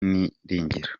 niringira